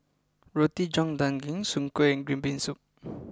Roti John Daging Soon Kuih and Green Bean Soup